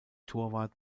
torwart